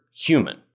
human